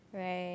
right